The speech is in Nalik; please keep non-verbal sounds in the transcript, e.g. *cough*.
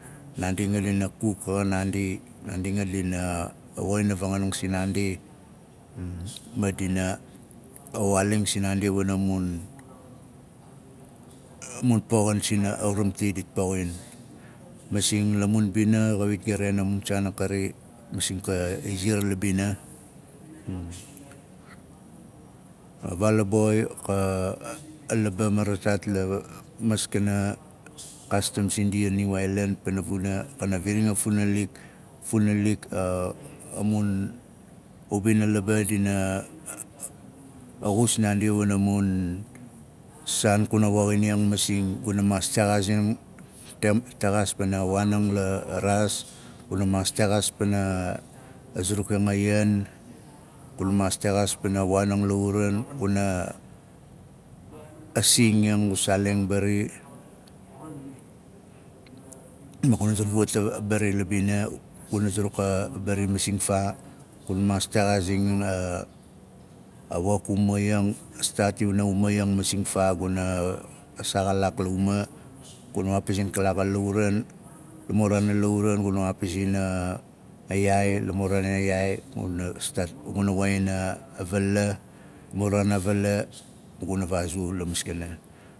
Naandi anga dina kuk a xa naandi naandi nga dina woxing a vanganing sinaandi ma dina a waaling sinaandi wana mun *hesitation* poxing sina au ramti dit poxin. Masing la mun mobina xawit di ren a mun saan akari masing ka iziar la bina. A vaal a boi xa *hesitation* laba marazaaf pana la maskana a kaastam sindia niu aailan pana vuna kana viring a funalik funalik *hesitation* a mun ubina laba dina *hesitation* xus naandi wana mun saan kuna woinang masing guna maas texaazing texaas pana a waanang laraas guna maas texaas pana a zurukang a ian guna maas texaas pana waanang lauran kuna singing gu saaleng mbari ma guna zuruk fawat a bari la bina guna zuruk a wok umaiyang a staat iwana wok uma iyan guna staat masing faa guna a saa xalaak la uma guna waapizin kalaak a lauran la muraana lauran guna waapizin a- a yaai la muraana yaai guna woxin a- a vala la muraana vala guna vaazu la maskana